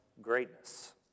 greatness